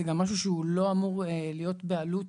וזה גם משהו שלא אמור להיות בעלות